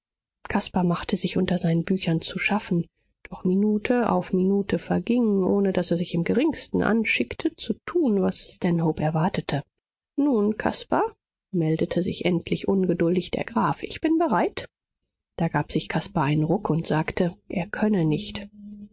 caspar machte sich unter seinen büchern zu schaffen doch minute auf minute verging ohne daß er sich im geringsten anschickte zu tun was stanhope erwartete nun caspar meldete sich endlich ungeduldig der graf ich bin bereit da gab sich caspar einen ruck und sagte er könne nicht